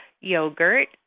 yogurt